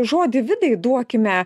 žodį vidai duokime